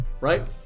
Right